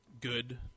good